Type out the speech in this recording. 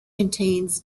contains